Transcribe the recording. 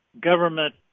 government